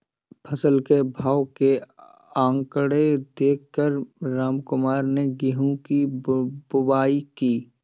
फसल के भाव के आंकड़े देख कर रामकुमार ने गेहूं की बुवाई की